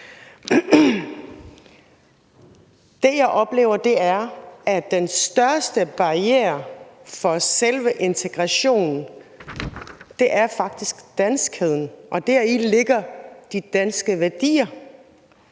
Det, jeg oplever er den største barriere for selve integrationen, er faktisk danskheden, og deri ligger de danske værdier.